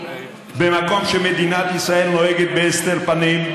במקום שמדינת ישראל נוהגת בהסתר פנים,